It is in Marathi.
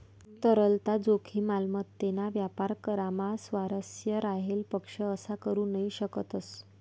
तरलता जोखीम, मालमत्तेना व्यापार करामा स्वारस्य राहेल पक्ष असा करू नही शकतस